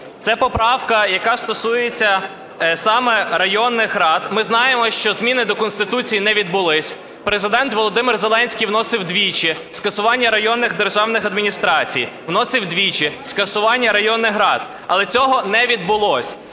Це поправка, яка стосується саме районних рад. Ми знаємо, що зміни до Конституції не відбулись. Президент Володимир Зеленський вносив двічі скасування районних державних адміністрацій, вносив двічі скасування районних рад. Але цього не відбулось.